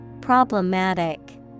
Problematic